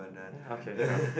ya okay sure